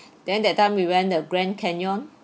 then that time we went the grand canyon